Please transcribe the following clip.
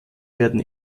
werden